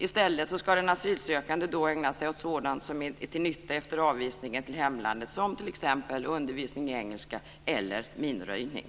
I stället ska den asylsökande då ägna sig åt sådant som blir till nytta efter avvisningen till hemlandet, t.ex. undervisning i engelska eller minröjning.